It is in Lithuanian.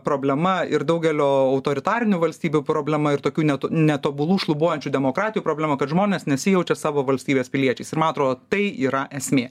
problema ir daugelio autoritarinių valstybių problema ir tokių net netobulų šlubuojančių demokratijų problema kad žmonės nesijaučia savo valstybės piliečiais ir man atrodo tai yra esmė